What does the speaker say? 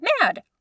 mad